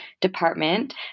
Department